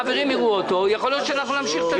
חבריי הוועדה יראו אותו ויכול להיות שאנחנו נמשיך את